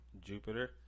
Jupiter